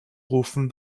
rufen